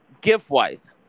gift-wise